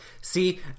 See